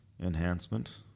enhancement